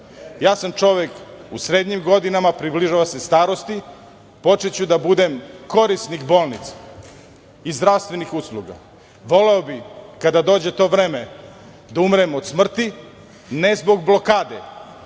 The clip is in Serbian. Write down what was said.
Ja sam čovek u srednjim godinama, približavam se starosti, počeću da budem korisnik bolnice i zdravstvenih usluga. Voleo bih, kada dođe to vreme, da umrem od smrti, ne zbog blokade